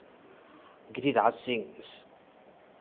Giriraj Singh